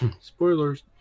Spoilers